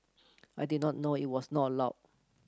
I did not know it was not allowed